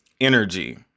energy